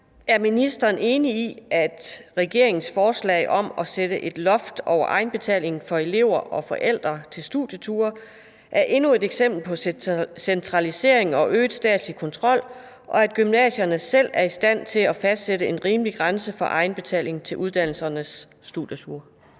Er ministeren enig i, at regeringens forslag om at sætte et loft over egenbetalingen for elever og forældre til studieture er endnu et eksempel på centralisering og øget statslig kontrol, og at gymnasierne selv er i stand til at fastsætte en rimelig grænse for egenbetalingen til uddannelsernes studieture?